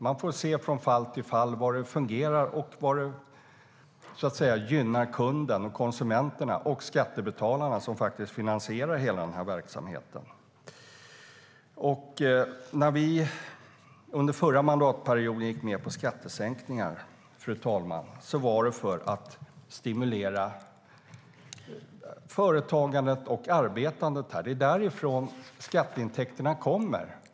Man ser från fall var det fungerar och var det gynnar kunden, konsumenterna och skattebetalarna som finansierar hela verksamheten. Fru talman! Under förra mandatperioden gick vi med på skattesänkningar. Det var för att stimulera företagandet och arbetandet. Det är därifrån skatteintäkterna kommer.